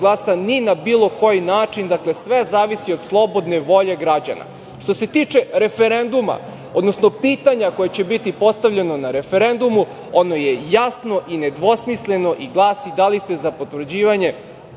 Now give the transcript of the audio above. ni na bilo koji način. Dakle, sve zavisi od slobodne volje građana. Što se tiče referenduma, odnosno pitanja koje će biti postavljeno na referendumu, ono je jasno i nedvosmisleno i glasi – da li ste za potvrđivanje